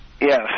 Yes